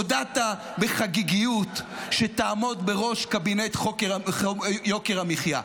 הודעת בחגיגיות שתעמוד בראש קבינט יוקר המחיה.